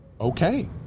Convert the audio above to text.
okay